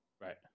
Right